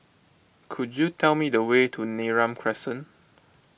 could you tell me the way to Neram Crescent